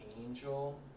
angel